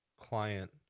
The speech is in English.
client